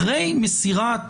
אחרי מסירת